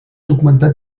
documentat